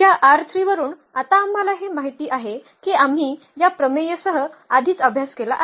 या वरून आता आम्हाला हे माहित आहे की आम्ही या प्रमेय सह आधीच अभ्यास केला आहे